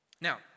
Now